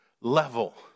level